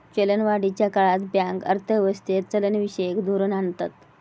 चलनवाढीच्या काळात बँक अर्थ व्यवस्थेत चलनविषयक धोरण आणतत